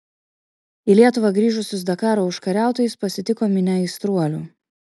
į lietuvą grįžusius dakaro užkariautojus pasitiko minia aistruolių